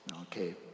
Okay